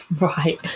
right